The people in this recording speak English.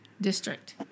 District